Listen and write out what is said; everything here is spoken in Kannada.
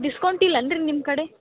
ಡಿಸ್ಕೌಂಟ್ ಇಲ್ಲೇನ್ ರೀ ನಿಮ್ಮ ಕಡೆ